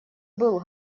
был